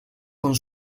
con